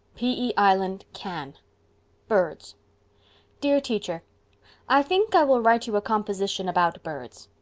p e. island can birds dear teacher i think i will write you a composition about birds.